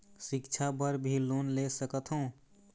सिक्छा बर भी लोन ले सकथों?